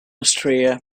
austria